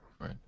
Right